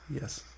Yes